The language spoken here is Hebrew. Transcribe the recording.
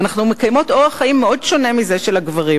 אנחנו מקיימות אורח חיים מאוד שונה מזה של הגברים.